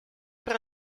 per